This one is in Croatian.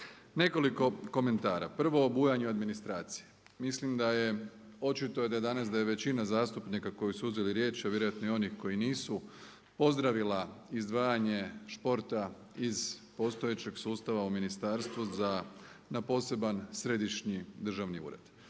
Nekoliko komentara, prvo o bujanju administracije. Mislim da je, očito je da je danas da je većina zastupnika koji su uzeli riječ a vjerojatno i onih koji nisu pozdravila izdvajanje športa iz postojećeg sustava u Ministarstvo za na poseban Središnji državni ured.